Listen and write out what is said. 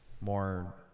more